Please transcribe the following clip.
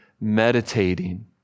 meditating